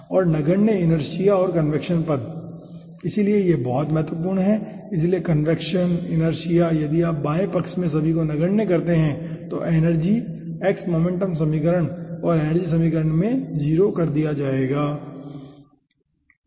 और नगण्य इनर्शिया और कन्वेक्शन पद इसलिए यह बहुत महत्वपूर्ण है इसलिए कन्वेक्शन इनर्शिया यदि आप बाएं पक्ष में सभी को नगण्य करते हैं तो एनर्जी x मोमेंटम समीकरण और एनर्जी समीकरण में 0 कर दिया जाएगा ठीक है